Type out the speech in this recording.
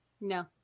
No